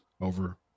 over